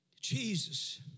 Jesus